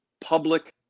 public